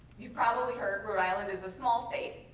you've probably heard, rhode island is a small state,